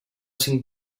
cinc